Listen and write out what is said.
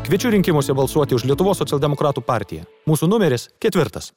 kviečiu rinkimuose balsuoti už lietuvos socialdemokratų partiją mūsų numeris ketvirtas